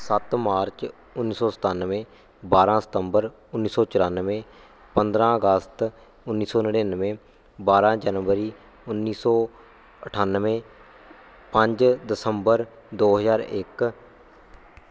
ਸੱਤ ਮਾਰਚ ਉੱਨੀ ਸੌ ਸਤਾਨਵੇਂ ਬਾਰ੍ਹਾਂ ਸਤੰਬਰ ਉੱਨੀ ਸੌ ਚੁਰਾਨਵੇਂ ਪੰਦਰ੍ਹਾਂ ਅਗਸਤ ਉੱਨੀ ਸੌ ਨੜੇਨਵੇਂ ਬਾਰ੍ਹਾਂ ਜਨਵਰੀ ਉੱਨੀ ਸੌ ਅਠਾਨਵੇਂ ਪੰਜ ਦਸੰਬਰ ਦੋ ਹਜ਼ਾਰ ਇੱਕ